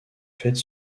faite